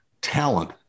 talent